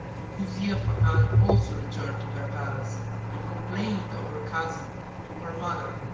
and kuzia fakan also returned to her palace and complained of her cousin to her mother,